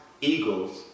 eagles